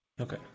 Okay